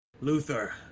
Luther